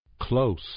close